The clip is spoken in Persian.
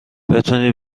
بتونی